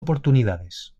oportunidades